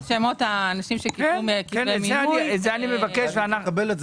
אני מבקש לקבל.